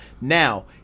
Now